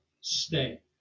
stay